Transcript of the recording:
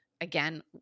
again